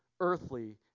earthly